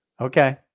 Okay